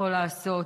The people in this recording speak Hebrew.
יכול לעשות,